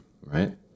right